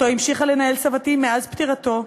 שאותו המשיכה לנהל סבתי מאז פטירתו,